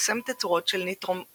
חוסם תצורות של ניטורזמינים.